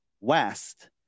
west